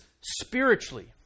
spiritually